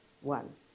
one